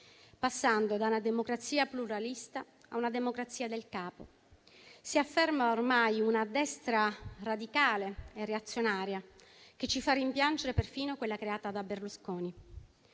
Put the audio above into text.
passando da una democrazia pluralista a una democrazia del capo. Si afferma ormai una destra radicale e reazionaria che ci fa rimpiangere perfino quella creata da Berlusconi.